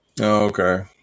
Okay